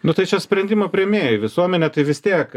nu tai čia sprendimo priėmėjai visuomenė tai vis tiek